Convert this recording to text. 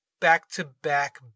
back-to-back